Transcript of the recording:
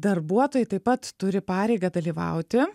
darbuotojai taip pat turi pareigą dalyvauti